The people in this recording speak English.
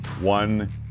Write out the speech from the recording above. one